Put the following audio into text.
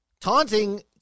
Taunting